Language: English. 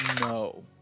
No